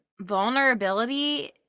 vulnerability